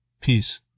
Peace